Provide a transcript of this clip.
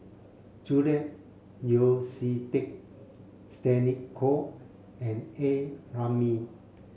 Julian Yeo See Teck Stella Kon and A Ramli